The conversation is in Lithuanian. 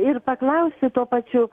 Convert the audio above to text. ir paklausti tuo pačiu